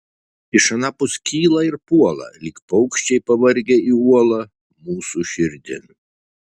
iš anapus kyla ir puola lyg paukščiai pavargę į uolą mūsų širdin